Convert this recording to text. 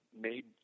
made